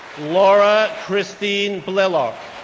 laura christine blelloch,